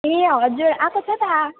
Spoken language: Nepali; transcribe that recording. ए हजुर आएको छ त